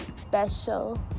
special